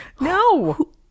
No